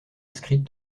inscrites